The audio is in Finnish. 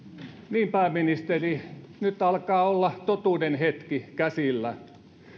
niin pääministeri nyt alkaa olla totuuden hetki käsillä